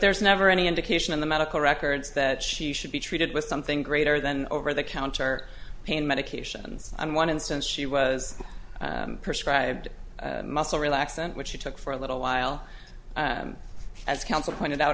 there's never any indication in the medical records that she should be treated with something greater than over the counter pain medications and one instance she was prescribed muscle relaxant which she took for a little while as counsel pointed out